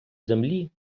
землі